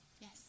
Yes